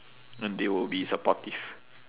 mm they will be supportive